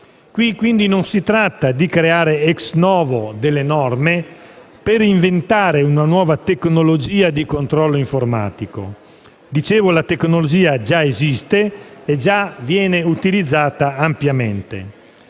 Qui, pertanto, non si tratta di creare *ex novo* delle norme per inventare una nuova tecnologia di controllo informatico. Come dicevo, la tecnologia esiste e viene già ampiamente